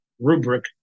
rubric